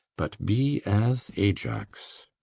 but be as ajax.